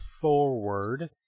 forward